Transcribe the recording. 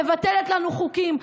מבטלת לנו חוקים,